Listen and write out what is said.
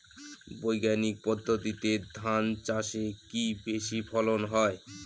বৈজ্ঞানিক পদ্ধতিতে ধান চাষে কি বেশী ফলন হয়?